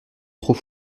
trop